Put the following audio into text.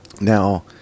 Now